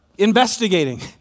investigating